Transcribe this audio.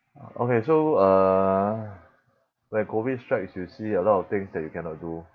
ah okay so uh when COVID strikes you see a lot of things that you cannot do